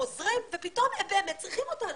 עוזרים ופתאום הם באמת צריכים אותנו.